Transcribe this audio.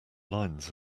lines